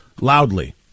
loudly